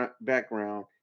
background